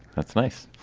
that's nice.